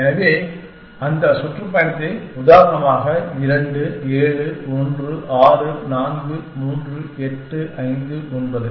எனவே அந்த சுற்றுப்பயணத்தை உதாரணமாக 2 7 1 6 4 3 8 5 9